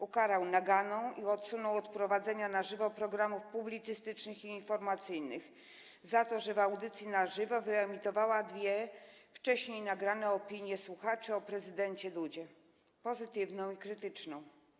Ukarał ją naganą i odsunął od prowadzenia na żywo programów publicystycznych i informacyjnych za to, że w audycji na żywo wyemitowała dwie nagrane wcześniej opinie słuchaczy o prezydencie Dudzie: pozytywną i krytyczną.